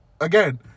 again